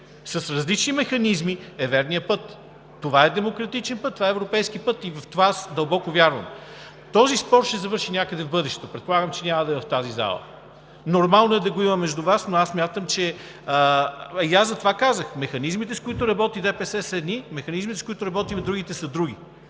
с различни механизми, е верният път. Това е демократичен път, това е европейски път и в това аз дълбоко вярвам. Този спор ще завърши, някъде в бъдещето. Предполагам, че няма да е в тази зала. Нормално е да го има между Вас, но смятам, че… Затова казах: механизмите, с които работи ДПС, са едни, механизмите, с които работим другите, са други,